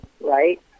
right